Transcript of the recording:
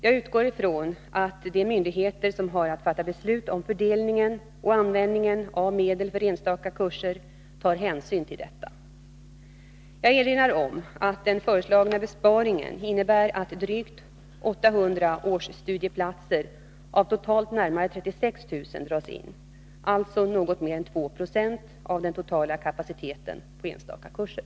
Jag utgår från att de myndigheter som har att fatta beslut om fördelningen och användningen av medel för enstaka kurser tar hänsyn till detta. Jag erinrar om att den föreslagna besparingen innebär att drygt 800 årsstudieplatser av totalt närmare 36 000 dras in, alltså något mer än 2 Jo av den totala kapaciteten på enstaka kurser.